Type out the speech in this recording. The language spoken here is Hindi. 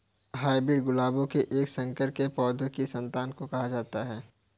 हाइब्रिड गुलाबों के एक संकर के पौधों की संतान को कहा जाता है